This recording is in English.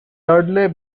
dudley